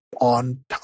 on